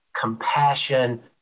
compassion